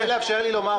אתה רוצה לאפשר לי לומר?